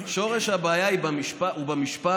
שורש הבעיה הוא במשפט: